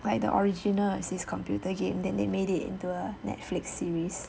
like the original is this computer game then they made it into a Netflix series